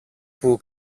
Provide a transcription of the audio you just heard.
που